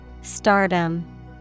Stardom